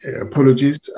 apologies